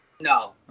no